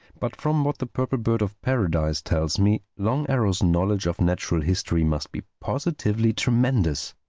but from what the purple bird-of-paradise tells me, long arrow's knowledge of natural history must be positively tremendous.